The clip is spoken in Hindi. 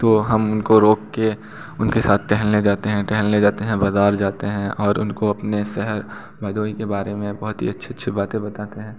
तो हम उनको रोक कर उनके साथ टहलने जाते हैं टहलने जाते हैं बाज़ार जाते हैं उनको अपने सहर भदोही के बारे में बहुत ही अच्छी अच्छी बातें बताते हैं